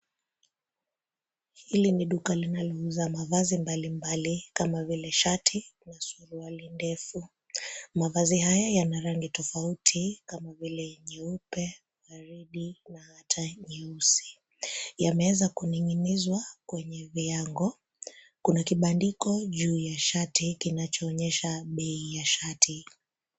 Hili ni duka linalouza mavazi mbalimbali kama vile shati na suruali ndefu. Mavazi haya yana rangi tofauti kama vile nyeupe, waridi na hata nyeusi. Yameweza kuninginizwa kwenye viango. Kuna kibandiko juu ya shati kinachoonyesha bei ya shati.